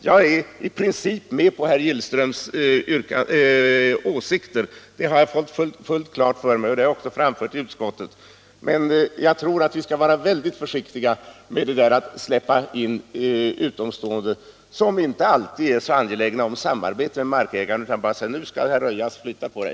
Jag delar i princip herr Gillströms åsikter — och det har jag också framfört i utskottet. Men jag tror att vi skall vara mycket försiktiga med att släppa in utomstående, som inte alltid är så angelägna om samarbete med markägare utan som bara säger: Nu skall här röjas — flytta på dig!